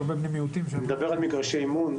אני מדבר על מגרשי אימון.